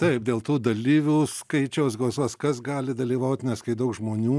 taip dėl tų dalyvių skaičiaus gausos kas gali dalyvaut nes kai daug žmonių